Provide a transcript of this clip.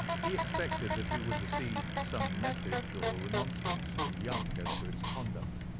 he expected that he would receive some message or remonstrance from young as to his conduct,